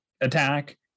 attack